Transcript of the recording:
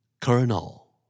Colonel